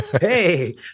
Hey